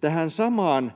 Tähän samaan